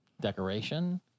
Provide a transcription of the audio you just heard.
Decoration